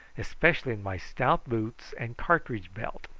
especially in my stout boots and cartridge-belt.